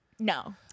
No